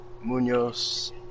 Munoz